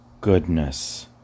goodness